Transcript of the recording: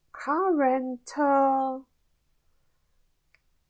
car rental